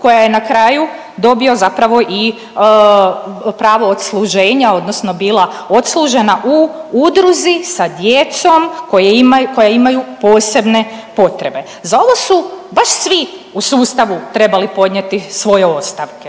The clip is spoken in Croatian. koja je na kraju, dobio zapravo i pravo odsluženja odnosno bila odslužena u udruzi sa djecom koja imaju posebne potrebe. Za ovo su baš svi u sustavu trebali podnijeti svoje ostavke,